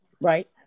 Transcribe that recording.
right